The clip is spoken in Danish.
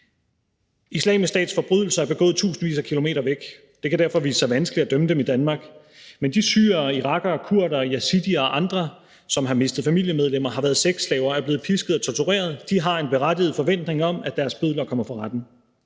Islamisk Stats forbrydelser er begået tusindvis af kilometer væk. Det kan derfor vise sig vanskeligt at dømme dem i Danmark. Men de syrere, irakere, kurdere, yazidier og andre, som har mistet familiemedlemmer, har været sexslaver og er blevet pisket og tortureret, har en berettiget forventning om, at deres bødler kommer for retten